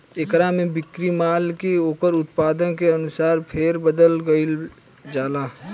एकरा में बिक्री माल के ओकर उत्पादन के अनुसार फेर बदल कईल जाला